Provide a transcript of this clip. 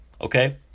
Okay